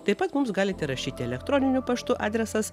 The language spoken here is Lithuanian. taip pat mums galite rašyti elektroniniu paštu adresas